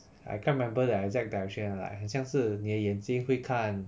I can't remember the exact direction uh like 很像是你眼睛会看